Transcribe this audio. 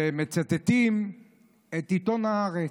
שהם מצטטים את עיתון הארץ.